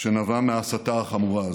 שנבע מההסתה החמורה הזאת.